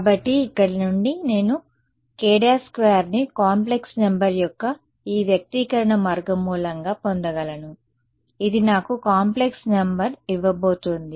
కాబట్టి ఇక్కడ నుండి నేను k′2 ని కాంప్లెక్స్ నెంబర్ యొక్క ఈ వ్యక్తీకరణ వర్గమూలంగా పొందగలను ఇది నాకు కాంప్లెక్స్ నెంబర్ ఇవ్వబోతోంది